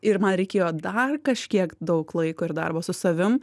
ir man reikėjo dar kažkiek daug laiko ir darbo su savim